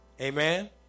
Amen